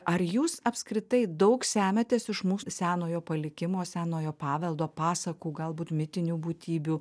ar jūs apskritai daug semiatės iš mūsų senojo palikimo senojo paveldo pasakų galbūt mitinių būtybių